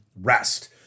rest